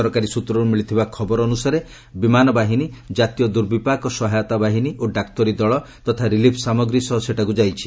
ସରକାରୀ ସ୍ଚତ୍ରରୁ ମିଳିଥିବା ଖବର ଅନ୍ଦସାରେ ବିମାନ ବାହିନୀ ଜାତୀୟ ଦୂର୍ବିପାକ ସହାୟତା ବାହିନୀ ଓ ଡାକ୍ତରୀ ଦଳ ତଥା ରିଲିଫ୍ ସାମଗ୍ରୀ ସହ ସେଠାକୁ ଯାଇଛି